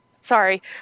Sorry